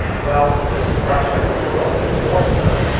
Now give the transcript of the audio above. well, this is russia only more so.